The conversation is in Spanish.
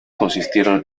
consistieron